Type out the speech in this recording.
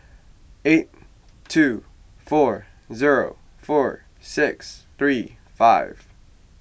eight two four zero four six three five